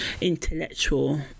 intellectual